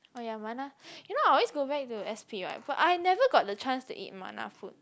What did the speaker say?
oh yeah ma-la you know I always go back to s_p right but I never got the chance to eat ma-la food